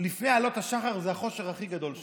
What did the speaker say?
לפני עלות השחר זה החושך הכי גדול שיש.